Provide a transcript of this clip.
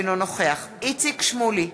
אינו נוכח איציק שמולי,